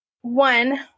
one